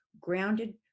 grounded